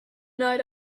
night